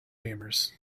gamers